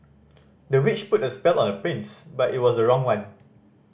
the witch put a spell on the prince but it was the wrong one